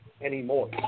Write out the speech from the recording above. anymore